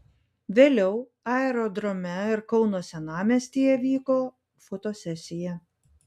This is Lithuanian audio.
vėliau aerodrome ir kauno senamiestyje vyko fotosesija